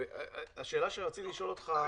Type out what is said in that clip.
השאלה שרציתי לשאול אותך,